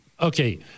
Okay